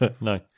no